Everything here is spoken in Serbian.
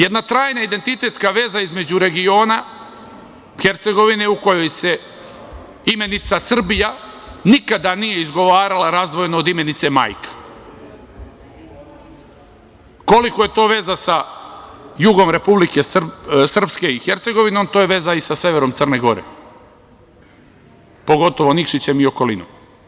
Jedana trajna identitetska veza između regiona Hercegovine, u kojoj se imenica Srbija nikada nije izgovarala od imenice majka, koliko je to veza sa jugom Republike Srpske i Hercegovine, to je veza i sa severom Crne Gore, pogotovo Nikšićem i okolinom.